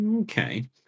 okay